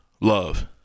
Love